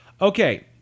Okay